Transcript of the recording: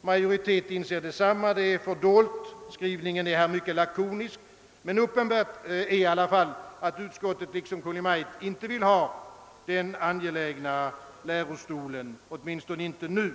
majoritet inser detta, är fördolt skrivningen är mycket lakonisk. Uppenbart är dock, att utskottet liksom Kungl. Maj:t åtminstone inte nu vill ha den angelägna lärostolen.